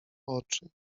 oczy